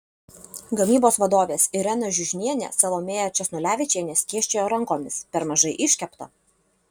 gamybos vadovės irena žiužnienė salomėja česnulevičienė skėsčiojo rankomis per mažai iškepta